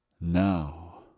Now